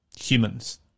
humans